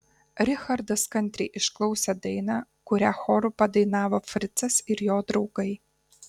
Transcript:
richardas kantriai išklausė dainą kurią choru padainavo fricas ir jo draugai